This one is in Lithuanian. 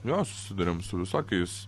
jo susiduriam su visokiais